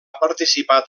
participat